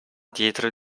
dietro